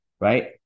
right